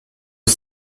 aux